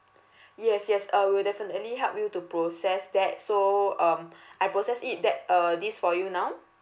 yes yes uh we'll definitely help you to process that so um I process it that uh this for you now